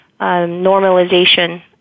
normalization